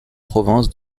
provinces